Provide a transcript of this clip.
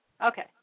Okay